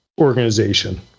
organization